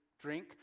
drink